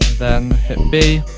then hit b,